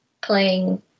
playing